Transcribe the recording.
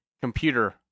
computer